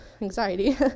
anxiety